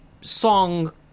song